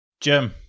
Jim